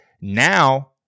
Now